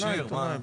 עיתונאי.